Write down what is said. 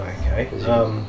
Okay